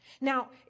Now